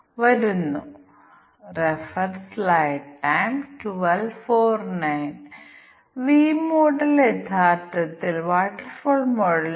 അതിനാൽ അനാവശ്യമായ ടെസ്റ്റ് കേസുകൾ നീക്കംചെയ്യാൻ കഴിയുമെന്ന് ഞങ്ങൾ പ്രയോഗിക്കുകയാണെങ്കിൽ നമുക്ക് ഇവ രണ്ടും സംയോജിപ്പിക്കാം കാരണം ഇവ രണ്ടും ഒരേ പ്രവർത്തനം ഉണ്ടാക്കുന്നു കൂടാതെ ഇവ രണ്ടും പകുതിയിൽ കൂടുതൽ അല്ല ഒരു സീറ്റിന് 3000 ൽ കൂടുതൽ